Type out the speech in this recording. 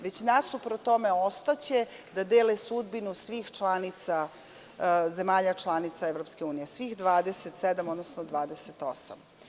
Nasuprot tome, ostaće da dele sudbinu svih zemalja članica EU, svih 27, odnosno 28.